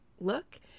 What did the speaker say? Look